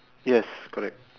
yes correct